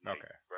Okay